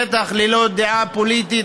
בטח ללא דעה פוליטית,